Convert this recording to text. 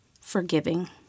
forgiving